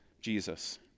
Jesus